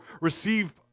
receive